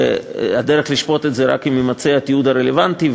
והדרך לשפוט את זה היא רק אם יימצא התיעוד הרלוונטי,